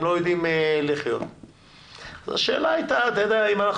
הם לא יודעים --- השאלה הייתה אם אנחנו